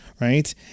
Right